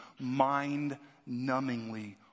mind-numbingly